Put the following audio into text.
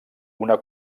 una